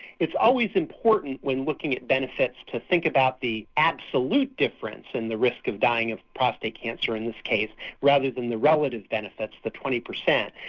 it's always important when looking at benefits to think about the absolute difference in and the risk of dying of prostate cancer in this case rather than the relative benefits, the twenty percent.